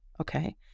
okay